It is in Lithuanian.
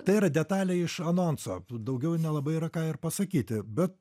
tai yra detalė iš anonso daugiau nelabai yra ką ir pasakyti bet